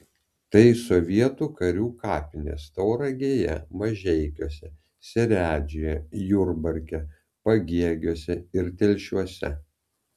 tai sovietų karių kapinės tauragėje mažeikiuose seredžiuje jurbarke pagėgiuose ir telšiuose